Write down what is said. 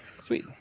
sweet